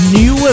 new